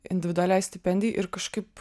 individualiai stipendijai ir kažkaip